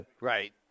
Right